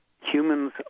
Humans